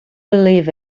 believe